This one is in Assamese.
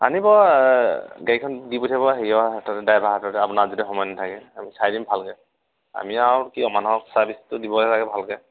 আনিব গাড়ীখন দি পঠিয়াব হেৰিয়ৰ হাততে ড্ৰাইভাৰ হাততে আপোনাৰ যদি সময় নেথাকে চাই দিম ভালকে আমি আৰু কি মানুহক চাৰ্ভিচটো দিবহে লাগে ভালকে